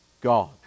God